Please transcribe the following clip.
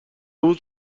بود